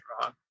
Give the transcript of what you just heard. wrong